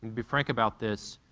be frank about this,